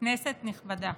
כנסת נכבדה,